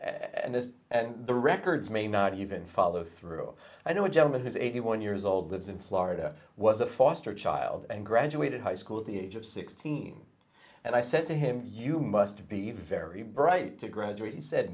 and this and the records may not even follow through i know what gentleman who's eighty one years old lives in florida was a foster child and graduated high school at the age of sixteen and i said to him you must be very bright to graduate he said